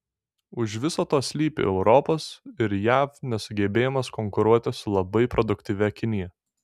už viso to slypi europos ir jav nesugebėjimas konkuruoti su labai produktyvia kinija